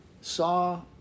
saw